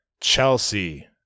Chelsea